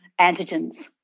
antigens